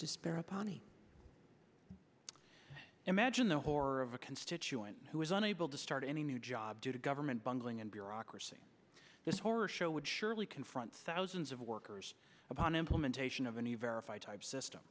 pani imagine the horror of a constituent who is unable to start any new job due to government bungling and bureaucracy this horror show would surely confront thousands of workers upon implementation of a new verify type system